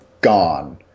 gone